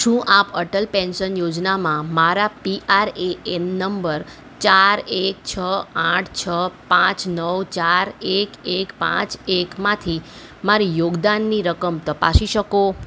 શું આપ અટલ પેન્શન યોજનામાં મારા પીઆરએએન નંબર ચાર એક છ આઠ છ પાંચ નવ ચાર એક એક પાંચ એકમાંથી મારી યોગદાનની રકમ તપાસી શકો